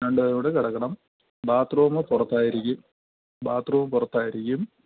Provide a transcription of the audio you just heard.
രണ്ട് പേർ കൂടെ കിടക്കണം ബാത്റൂമ് പുറത്തായിരിക്കും ബാത്റൂമ പുറത്തായിരിക്കും